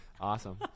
Awesome